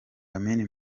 lamin